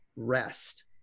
rest